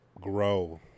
grow